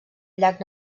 llac